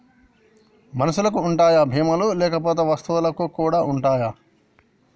మనుషులకి ఉంటాయా బీమా లు లేకపోతే వస్తువులకు కూడా ఉంటయా?